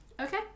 Okay